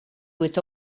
with